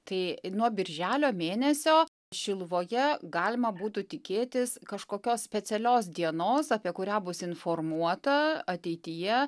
tai nuo birželio mėnesio šiluvoje galima būtų tikėtis kažkokios specialios dienos apie kurią bus informuota ateityje